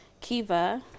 Kiva